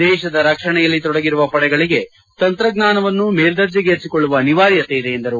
ದೇಶದ ರಕ್ಷಣೆಯಲ್ಲಿ ತೊಡಗಿರುವ ಪಡೆಗಳಿಗೆ ತಂತ್ರಜ್ಞಾನವನ್ನು ಮೇಲ್ಗರ್ಜೆಗೇರಿಸಿಕೊಳ್ಳುವ ಅನಿವಾರ್ಯತೆ ಇದೆ ಎಂದರು